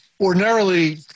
Ordinarily